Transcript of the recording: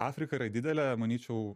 afrika yra didelė manyčiau